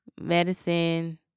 medicine